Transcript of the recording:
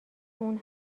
اون